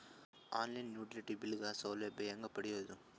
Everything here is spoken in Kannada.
ಆನ್ ಲೈನ್ ಯುಟಿಲಿಟಿ ಬಿಲ್ ಗ ಸೌಲಭ್ಯ ಹೇಂಗ ಪಡೆಯೋದು?